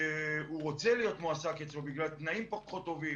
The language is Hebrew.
רוצה להיות מועסק אצלו בגלל תנאים פחות טובים,